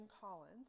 Collins